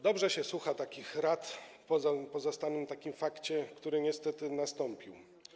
Dobrze się słucha takich rad po zastanym fakcie, który niestety nastąpił.